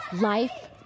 life